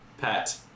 Pat